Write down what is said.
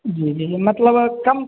जी जी मतलब कम